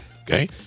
Okay